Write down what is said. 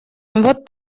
вот